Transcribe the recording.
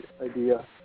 idea